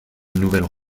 nouvelles